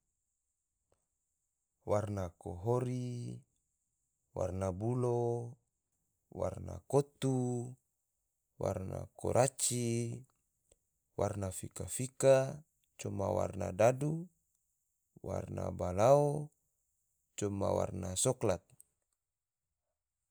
Warna kohori, warna bulo, warna kotu, warna kuraci, warna fika-fika, coma warna dadu, warna balao, coma warna soklat